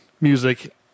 music